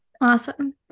Awesome